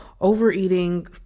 overeating